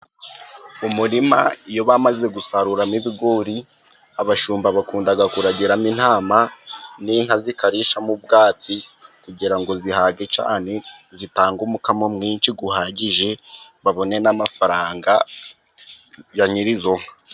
Umurima iyo bamaze gusaruramo ibigori, abashumba bakunda kuragiramo intama n'inka zikarishamo ubwatsi kugira ngo zihage cyane ,zitanga umukamo mwinshi uhagije ,babone n'amafaranga ya nyiri izo nka.